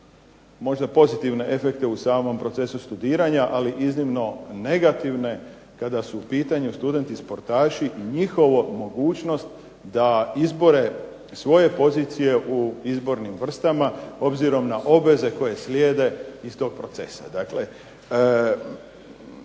možda pozitivne efekte u samom procesu studiranja, ali iznimno negativne kada su u pitanju studenti sportaši i njihova mogućnost da izbore svoje pozicije u izbornim vrstama obzirom na obveze koje slijede iz tog procesa.